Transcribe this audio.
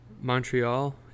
Montreal